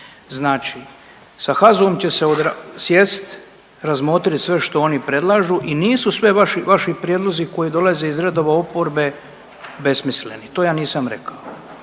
znači sa HAZU-om će se sjest, razmotrit sve što oni predlažu i nisu sve vaše, vaši prijedlozi koji dolaze iz redova oporbe besmisleni, to ja nisam rekao,